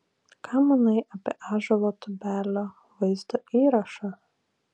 ką manai apie ąžuolo tubelio vaizdo įrašą